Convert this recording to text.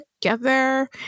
together